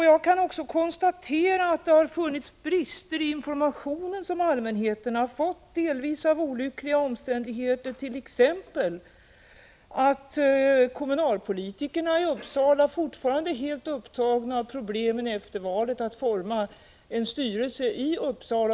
Jag kan också konstatera att det har funnits brister i den information som allmänheten har fått — delvis på grund av olyckliga omständigheter, t.ex. att kommunalpolitikerna i Uppsala fortfarande är helt upptagna av problemet efter valet att forma en styrelse i kommunen.